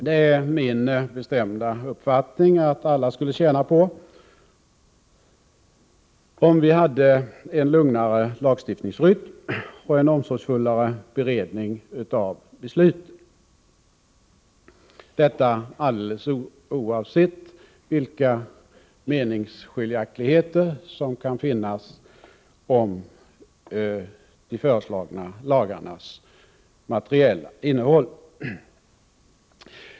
Det är min bestämda uppfattning att alla skulle tjäna på om vi hade en lugnare lagstiftningsrytm och en omsorgsfullare beredning av besluten — detta alldeles oavsett vilka meningsskiljaktigheter som kan finnas om de föreslagna lagarnas materiella innehåll.